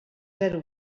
zero